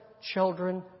children